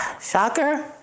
Shocker